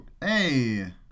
hey